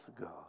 God